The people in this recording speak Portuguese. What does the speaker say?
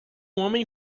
homem